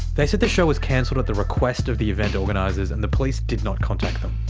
they said the show was cancelled at the request of the event organisers and the police did not contact them.